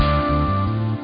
um